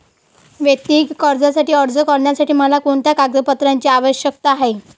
वैयक्तिक कर्जासाठी अर्ज करण्यासाठी मला कोणत्या कागदपत्रांची आवश्यकता आहे?